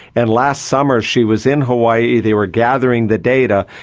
and last summer she was in hawaii, they were gathering the data,